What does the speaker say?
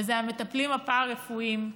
וזה המטפלים הפארה-רפואיים,